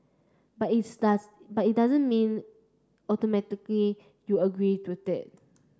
but its does but it doesn't mean automatically you agree with it